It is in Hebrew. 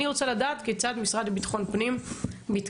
אני רוצה לדעת כיצד המשרד לביטחון הפנים מתקדם,